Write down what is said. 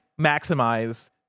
maximize